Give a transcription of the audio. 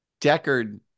Deckard